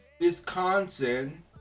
Wisconsin